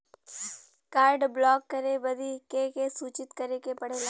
Card block करे बदी के के सूचित करें के पड़ेला?